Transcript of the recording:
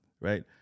right